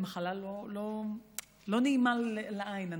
היא מחלה לא נעימה לעין,